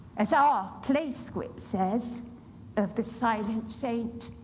as our play script says of the silent saint,